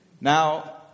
Now